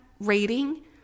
rating